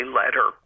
letter